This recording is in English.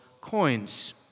coins